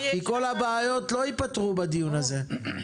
כי כל הבעיות לא ייפתרו בדיון הזה.